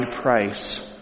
price